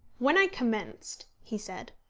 when i commenced, he said,